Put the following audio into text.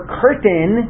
curtain